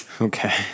Okay